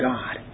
God